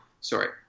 sorry